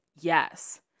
yes